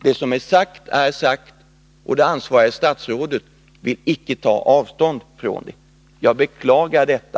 Det som är sagt är sagt, och det ansvariga statsrådet vill icke ta avstånd från det. Jag beklagar detta.